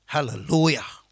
Hallelujah